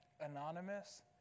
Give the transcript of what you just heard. anonymous